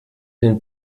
den